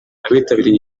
abitabiriye